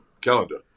calendar